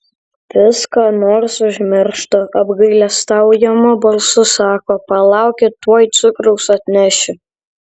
vis ką nors užmirštu apgailestaujamu balsu sako palaukit tuoj cukraus atnešiu